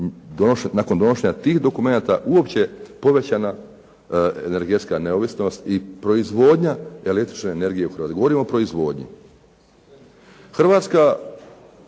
nakon donošenja tih dokumenata uopće povećana energetska neovisnost i proizvodnja električne energije u Hrvatskoj,